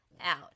out